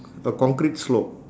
a concrete slope